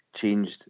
changed